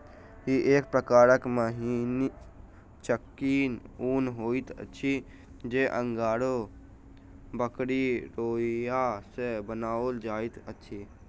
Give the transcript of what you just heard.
ई एक प्रकारक मिहीन चिक्कन ऊन होइत अछि जे अंगोरा बकरीक रोंइया सॅ बनाओल जाइत अछि